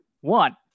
one